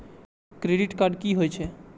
Credit card की होय छै?